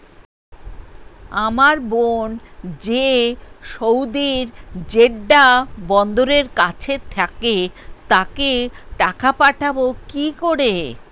আমার বোন যে সৌদির জেড্ডা বন্দরের কাছে থাকে তাকে টাকা পাঠাবো কি করে?